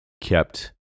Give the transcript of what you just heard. kept